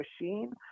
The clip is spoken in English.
machine